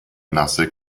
nasse